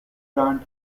grant